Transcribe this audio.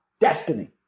Destiny